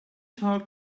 talk